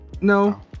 No